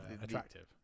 attractive